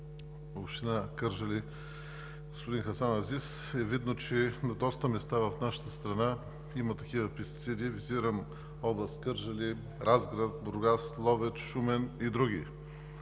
община Кърджали – господин Хасан Азис, е видно, че на доста места в нашата страна има такива пестициди. Визирам област Кърджали, Разград, Бургас, Ловеч, Шумен и други.